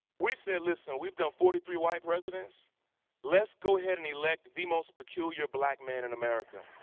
we said listen, we've done forty three white presidents let's go ahead and elect the most peculiar black man in america.